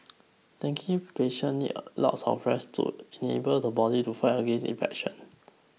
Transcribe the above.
dengue patient need a lots of rest to enable the body to fight against infection